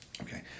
Okay